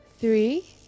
three